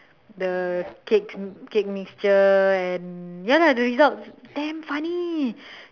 the cake cake mixture and ya lah the results damn funny